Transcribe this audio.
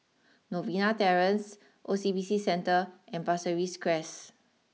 Novena Terrace O C B C Centre and Pasir Ris Crest